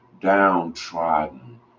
downtrodden